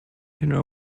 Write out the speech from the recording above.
inner